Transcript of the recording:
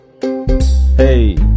Hey